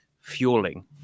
fueling